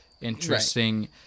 interesting